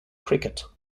cricket